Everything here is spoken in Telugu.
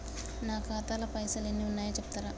నా ఖాతా లా పైసల్ ఎన్ని ఉన్నాయో చెప్తరా?